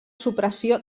supressió